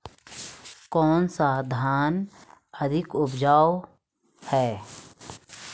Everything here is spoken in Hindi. कौन सा धान अधिक उपजाऊ है?